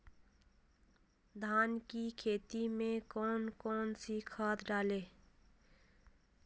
धान की खेती में कौन कौन सी खाद डालें?